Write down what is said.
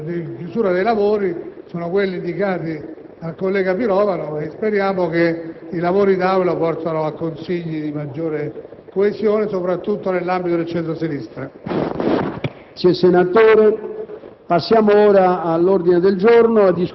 nell'organizzazione dei lavori. Le ragioni della chiusura dei lavori sono quelle indicate dal collega Pirovano. Speriamo che i lavori dell'Aula portino ad una maggiore coesione, soprattutto nell'ambito del centro-sinistra.